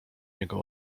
niego